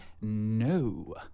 no